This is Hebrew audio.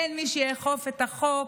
אין מי שיאכוף את החוק,